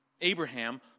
Abraham